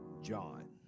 John